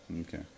Okay